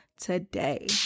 today